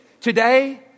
today